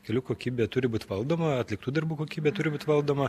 kelių kokybė turi būt valdoma atliktų darbų kokybė turi būt valdoma